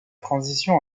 transition